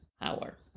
hour